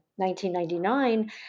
1999